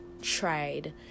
tried